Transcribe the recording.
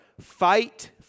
fight